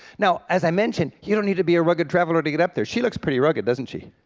now as i mentioned, you don't need to be a rugged traveler to get up there. she looks pretty rugged, doesn't she,